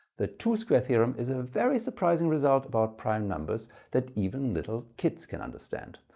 the two square theorem is a very surprising result about prime numbers that even little kids can understand.